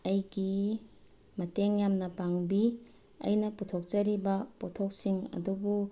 ꯑꯩꯒꯤ ꯃꯇꯦꯡ ꯌꯥꯝꯅ ꯄꯥꯡꯕꯤ ꯑꯩꯅ ꯄꯨꯊꯣꯛꯆꯔꯤꯕ ꯄꯣꯠꯊꯣꯛꯁꯤꯡ ꯑꯗꯨꯕꯨ